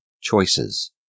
choices